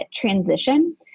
transition